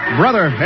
brother